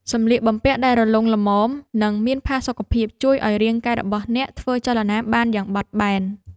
សម្លៀកបំពាក់ដែលរលុងល្មម និងមានផាសុកភាព ជួយឱ្យរាងកាយរបស់អ្នកធ្វើចលនាបានយ៉ាងបត់បែន។